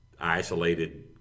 isolated